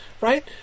right